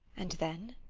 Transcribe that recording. and then?